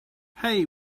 hey